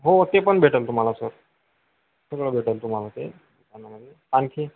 हो ते पण भेटेल तुम्हाला सर सगळं भेटलं तुम्हाला ते दुकानामध्ये आणखी